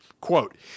Quote